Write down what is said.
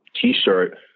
T-shirt